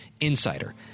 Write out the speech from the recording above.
insider